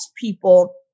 people